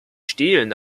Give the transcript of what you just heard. stehlen